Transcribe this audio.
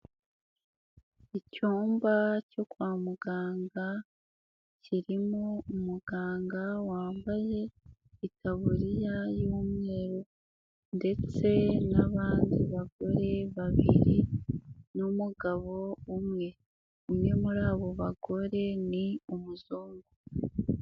Icyumba cyo kwa muganga kirimo umuganga wambaye itaburiya y'umweru ndetse n'abandi bagore babiri n'umugabo umwe, umwe muri abo bagore ni umuzungu.